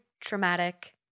traumatic